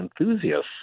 enthusiasts